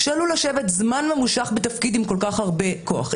שעלול לשבת זמן ממושך בתפקיד עם כל כך הרבה כוח,